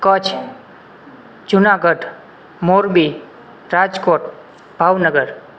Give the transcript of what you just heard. Kutch Junagadh Morbi Rajkot Bhavnagar